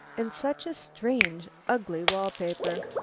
and such a strange ugly wall-paper.